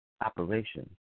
operation